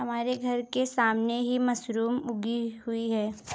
हमारे घर के सामने ही मशरूम उगी हुई है